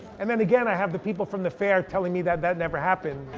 and then again i have the people from the fair telling me that that never happened.